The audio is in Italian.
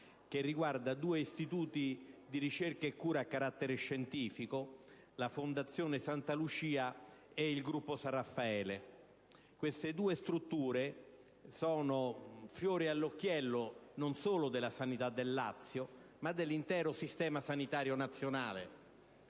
la vicenda di due Istituti di ricovero e cura a carattere scientifico, la Fondazione Santa Lucia ed il Gruppo San Raffaele. Queste due strutture rappresentano il fiore all'occhiello non solo della sanità del Lazio, ma dell'intero Servizio sanitario nazionale